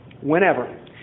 whenever